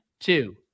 two